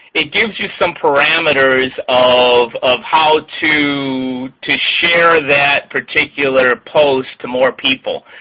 it gives you some parameters of of how to to share that particular post to more people.